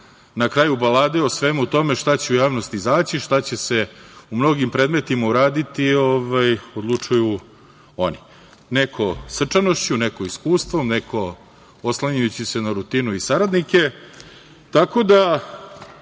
na kraju balade, o svemu tome šta će u javnosti izaći i šta će se u mnogim predmetima uraditi, odlučuju oni, neko srčanošću, neko iskustvom, neko oslanjajući se na rutinu i saradnike,